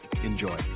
Enjoy